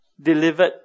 delivered